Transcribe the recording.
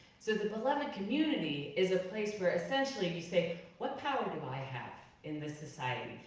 so the beloved community is a place where essentially say, what power do i have in this society?